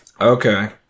Okay